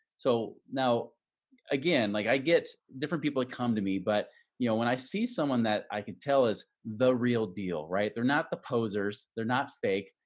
so now again, like i get different people that come to me, but you you know, when i see someone that i can tell is the real deal, right? they're not the posers. they're not fake,